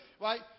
right